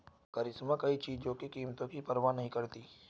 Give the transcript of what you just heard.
करिश्मा कभी चीजों की कीमत की परवाह नहीं करती